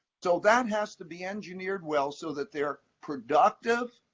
so that has to be engineered well, so that they are productive,